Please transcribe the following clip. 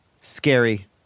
scary